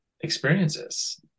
experiences